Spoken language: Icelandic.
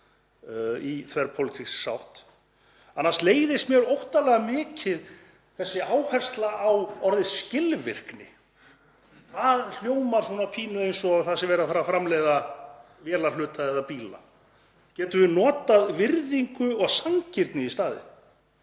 í þverpólitískri sátt. Annars leiðist mér óttalega mikið þessi áhersla á orðið skilvirkni. Það hljómar svona pínu eins og það sé verið að fara að framleiða vélarhluta eða bíla. Getum við notað virðingu og sanngirni í staðinn?